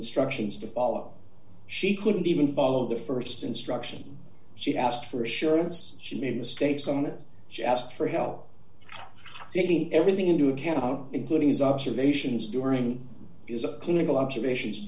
instructions to follow she couldn't even follow the st instructions she asked for assurance she made mistakes on it she asked for help taking everything into account including his observations during is a clinical observations